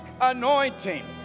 anointing